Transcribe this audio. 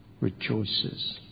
rejoices